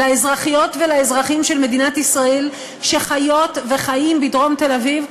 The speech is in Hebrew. לאזרחיות ולאזרחים של מדינת ישראל שחיות וחיים בדרום תל-אביב.